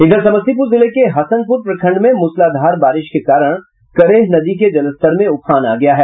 इधर समस्तीपुर जिले के हसनपुर प्रखंड में मूसलाधार बारिश के कारण करेह नदी के जलस्तर में उफान आ गया है